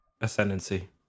Ascendancy